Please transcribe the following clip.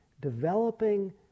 developing